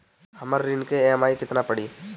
हमर ऋण के ई.एम.आई केतना पड़ी?